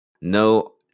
no